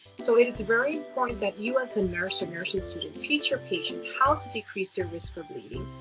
so it's very important that you as a nurse or nursing student teach your patients how to decrease their risk for bleeding,